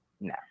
no